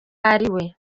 ariwe